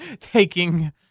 taking